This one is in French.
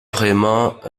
vraiment